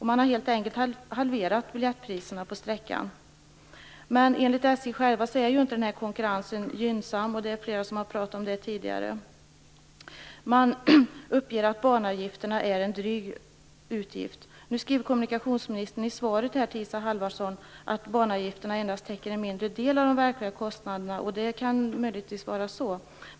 Man har helt enkelt halverat priserna på sträckan. Men enligt SJ är inte konkurrensen på denna sträcka gynnsam, och flera har pratat om det tidigare. Man uppger att banavgifterna är en dryg utgift. Halvarsson att banavgifterna endast täcker en mindre del av de verkliga kostnaderna, och det kan möjligtvis vara så.